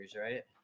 right